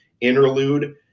interlude